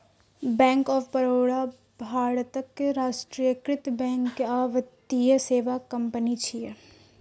bank of Baroda भारतक राष्ट्रीयकृत bank आ वित्तीय सेवा कंपनी छियै